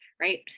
right